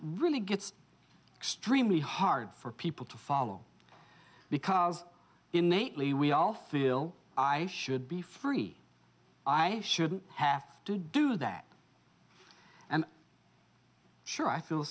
really gets extremely hard for people to follow because innately we all feel i should be free i shouldn't have to do that and sure i feel the